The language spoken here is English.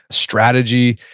strategy,